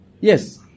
Yes